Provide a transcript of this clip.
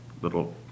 little